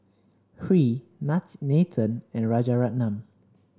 Hri Nathan and Rajaratnam